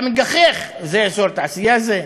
אתה מגחך: זה אזור תעשייה זה?